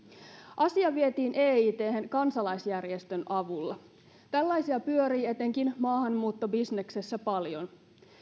asia vietiin eithen kansalaisjärjestön avulla tällaisia pyörii etenkin maahanmuuttobisneksessä paljon